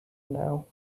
now